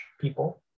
people